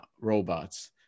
robots